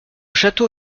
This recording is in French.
château